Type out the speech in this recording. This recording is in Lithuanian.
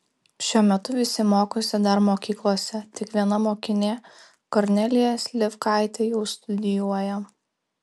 šiuo metu visi mokosi dar mokyklose tik viena mokinė kornelija slivkaitė jau studijuoja